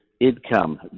income